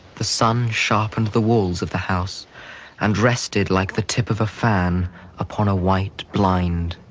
the sun sharpened the walls of the house and rested like the tip of a fan upon a white blind.